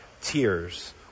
tears